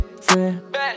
friend